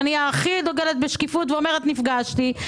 אני הכי דוגלת בשקיפות ואומרת שנפגשתי איתם,